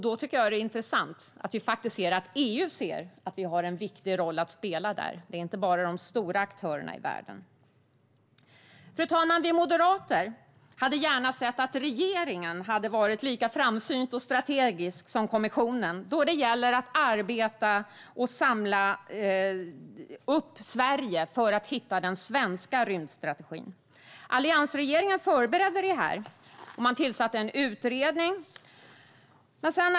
Då tycker jag att det är intressant att EU ser att vi har en viktig roll att spela där, inte bara de stora aktörerna i världen. Fru talman! Vi moderater hade gärna sett att regeringen hade varit lika framsynt och strategisk som kommissionen när det gäller att arbeta och samla Sverige för att hitta den svenska rymdstrategin. Alliansregeringen förberedde detta och tillsatte en utredning.